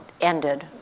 ended